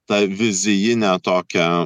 ta vizijine tokia